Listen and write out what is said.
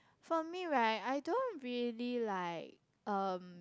for me right I don't really like um